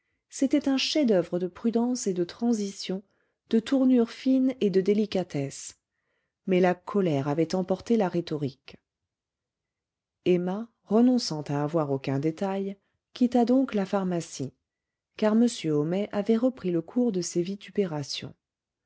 c'était un chef-d'oeuvre de prudence et de transitions de tournures fines et de délicatesse mais la colère avait emporté la rhétorique emma renonçant à avoir aucun détail quitta donc la pharmacie car m homais avait repris le cours de ses